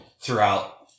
throughout